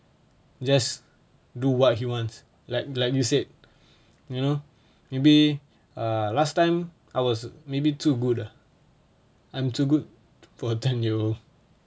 just do what he wants like like you said you know maybe err last time I was maybe too good ah I'm too good for ten-year-old